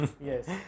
Yes